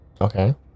Okay